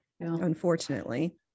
unfortunately